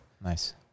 Nice